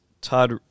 Todd